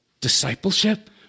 discipleship